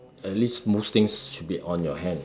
at least most things should be on your hand